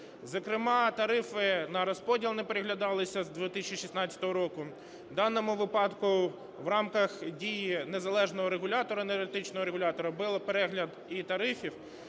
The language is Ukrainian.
Зокрема, тарифи на розподіл не переглядалися з 2016 року. В даному випадку в рамках дій незалежного регулятора, енергетичного регулятора, був перегляд і тарифів